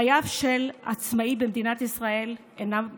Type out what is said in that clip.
חייו של עצמאי במדינת ישראל אינם קלים.